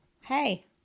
Hey